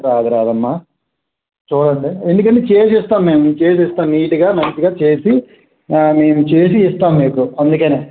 రాదు రాదు అమ్మ చూడండి ఎందుకంటే చేసి ఇస్తాం మేము చేసి ఇస్తాం నీట్గా మంచిగా చేసి మేము చేసి ఇస్తాము మీకు అందుకని